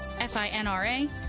FINRA